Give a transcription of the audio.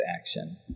action